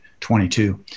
22